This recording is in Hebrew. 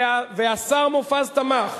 והשר מופז תמך.